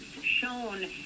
shown